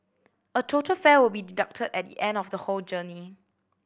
a total fare will be deducted at the end of the whole journey